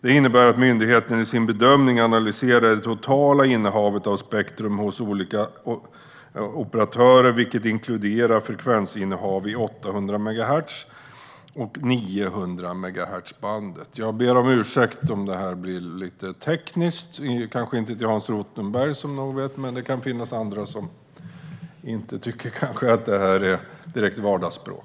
Det innebär att myndigheten i sin bedömning analyserar det totala innehavet av spektrum hos olika operatörer, vilket inkluderar frekvensinnehav i 800 och 900-megahertzbanden. Jag ber om ursäkt om det blir lite tekniskt, kanske inte för Hans Rothenberg, men det kan finnas andra som inte tycker att det här är direkt vardagsspråk.